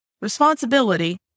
responsibility